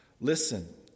Listen